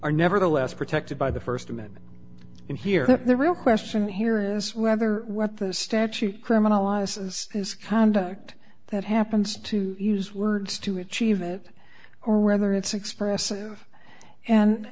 are nevertheless protected by the st amendment and here the real question here is whether what the statute criminalize is his conduct that happens to use words to achieve it or whether it's expressive and